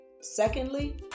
Secondly